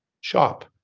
shop